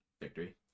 victory